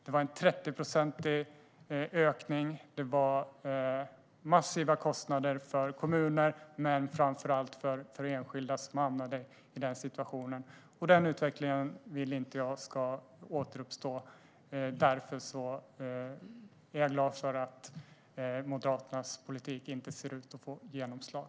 Det var en 30-procentig ökning, och det var massiva kostnader för kommuner, men framför allt för enskilda som hamnade i denna situation. Jag vill inte att denna utveckling ska återuppstå, och därför är jag glad för att Moderaternas politik inte ser ut att få genomslag.